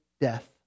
death